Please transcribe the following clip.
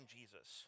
Jesus